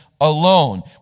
alone